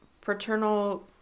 paternal